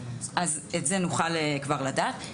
אז את זה נוכל כבר לדעת.